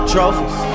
Trophies